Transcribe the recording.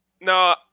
no